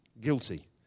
guilty